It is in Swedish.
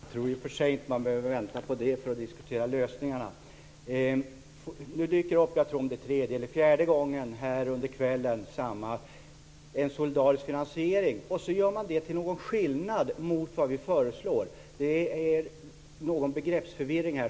Fru talman! Jag tror i och för sig inte att man behöver vänta på det för att diskutera lösningarna. För tredje eller fjärde gången under kvällen, tror jag, dyker nu det här med solidarisk finansiering upp. Så gör man det till en skillnad mot det som vi föreslår. Det råder en viss begreppsförvirring här.